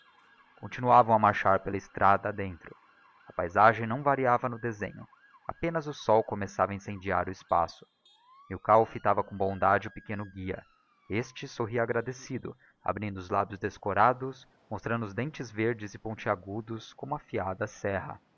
continuavam a marchar pela estrada a dentro a paizagem não variava no desenho apenas o sol começava a incendiar o espaço milkau íitava com bondade o pequeno guia este sorria agradecido abrindo os lábios descorados mostrando os dentes verdes e ponteagudos como afiada serra